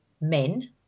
men